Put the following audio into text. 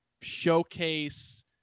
showcase